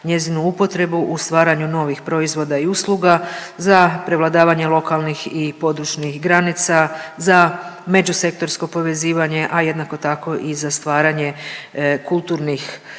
njezinu upotrebu u stvaranju novih proizvoda i usluga, za prevladavanje lokalnih i područnih granica, za međusektorsko povezivanje, a jednako tako i za stvaranje kulturnih